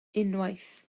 unwaith